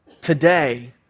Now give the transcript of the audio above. today